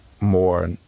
more